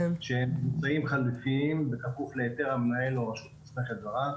אמצעים חליפיים בכפוף להיתר המנהל או רשות מוסמכת זרה,